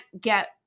get